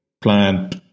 plant